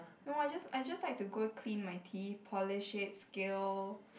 no I just I just like to go clean my teeth polish it scale